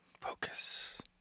Focus